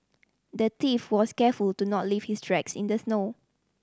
the thief was careful to not leave his tracks in the snow